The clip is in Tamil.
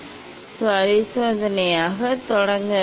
முப்பட்டக கண்ணாடியின்தீர்க்கும் சக்தியை எவ்வாறு பெறுவது